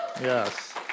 Yes